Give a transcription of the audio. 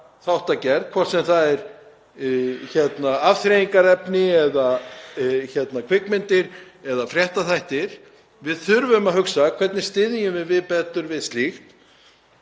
þáttagerð, hvort sem það er afþreyingarefni, kvikmyndir eða fréttaþættir. Við þurfum að hugsa: Hvernig styðjum við betur við slíkt?